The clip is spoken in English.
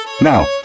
Now